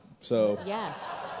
Yes